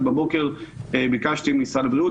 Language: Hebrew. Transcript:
בבוקר ביקשתי ממשרד הבריאות,